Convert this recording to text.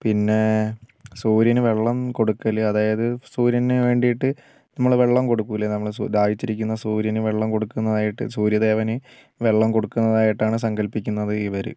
പിന്നെ സൂര്യനു വെള്ളം കൊടുക്കൽ അതായത് സൂര്യനു വേണ്ടിയിട്ട് നമ്മൾ വെള്ളം കൊടുക്കില്ലെ നമ്മൾ ദാഹിച്ചിരിക്കുന്ന സൂര്യനു വെള്ളം കൊടുക്കുന്നതായിട്ട് സൂര്യദേവന് വെള്ളം കൊടുക്കുന്നതായിട്ടാണ് സങ്കൽപ്പിക്കുന്നത് ഇവർ